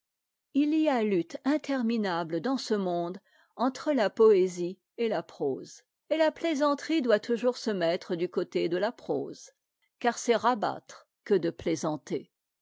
i y a lutte interminable dans ce monde entre la poésie'et la prose et la plaisanterie doit toujours se mettre du côté de la prose car c'est rabattre que de plaisanter